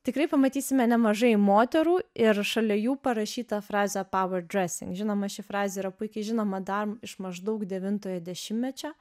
tikrai pamatysime nemažai moterų ir šalia jų parašytą frazę pauer dresing žinoma ši frazė yra puikiai žinoma dar iš maždaug devintojo dešimtmečio